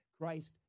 christ